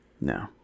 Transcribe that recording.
No